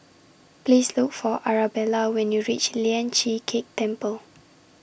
Please Look For Arabella when YOU REACH Lian Chee Kek Temple